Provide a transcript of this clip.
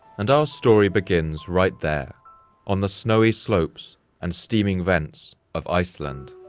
and our story begins right there on the snowy slopes and steaming vents of iceland.